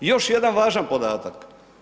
I još jedan važan podatak.